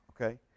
okay